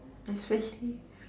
especially